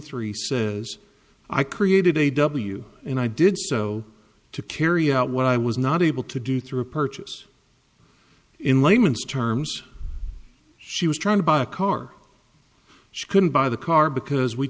three says i created a w and i did so to carry out what i was not able to do through a purchase in layman's terms she was trying to buy a car she couldn't buy the car because we